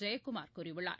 ஜெயக்குமார் கூறியுள்ளார்